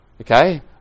okay